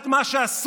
(תיקון)